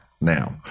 now